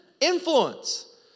Influence